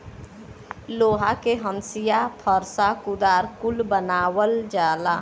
लोहा के हंसिआ फर्सा कुदार कुल बनावल जाला